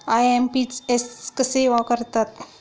IMPS कसे करतात?